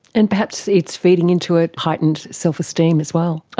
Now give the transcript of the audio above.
and perhaps it's feeding into a heightened self-esteem as well.